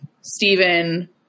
Stephen